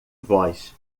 voz